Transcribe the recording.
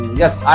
yes